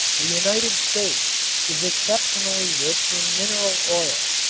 the united states is exceptionally rich in mineral oil,